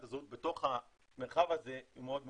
הזהות בתוך המרחב הזה הוא מאוד מוגבל,